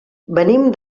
venim